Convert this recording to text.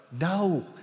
no